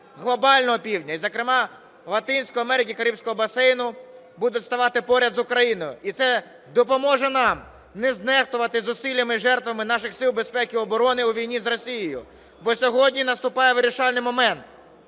Глобального Півдня і, зокрема, Латинської Америки та Карибського басейну будуть ставити поряд з Україною. І це допоможе нам не знехтувати зусиллями і жертвами наших Сил безпеки і оборони у війні з Росією. Бо сьогодні наступає вирішальний момент,